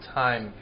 time